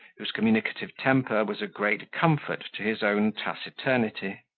whose communicative temper was a great comfort to his own taciturnity